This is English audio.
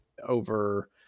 over